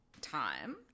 time